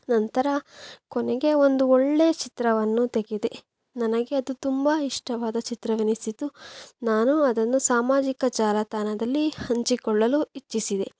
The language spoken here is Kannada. ನಂತರ ಕೊನೆಗೆ ಒಂದು ಒಳ್ಳೆಯ ಚಿತ್ರವನ್ನು ತೆಗೆದೆ ನನಗೆ ಅದು ತುಂಬ ಇಷ್ಟವಾದ ಚಿತ್ರವೆನಿಸಿತು ನಾನು ಅದನ್ನು ಸಾಮಾಜಿಕ ಜಾಲತಾಣದಲ್ಲಿ ಹಂಚಿಕೊಳ್ಳಲು ಇಚ್ಛಿಸಿದೆ